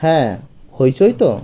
হ্যাঁ হইচই তো